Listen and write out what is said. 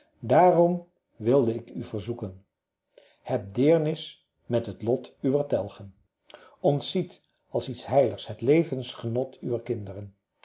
daarom wilde ik u verzoeken heb deernis met het lot uwer telgen ontziet als iets heiligs het levensgenot uwer kinderen